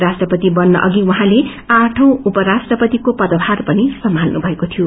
राष्ट्रपति कन्न अघि उझैंले आठौ उपराष्ट्रपतिको पदथार पनि सम्झल्नु भएको शियो